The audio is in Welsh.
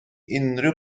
unrhyw